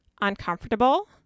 uncomfortable